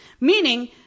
Meaning